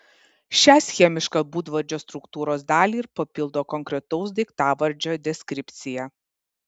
šią schemišką būdvardžio struktūros dalį ir papildo konkretaus daiktavardžio deskripcija